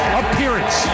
appearance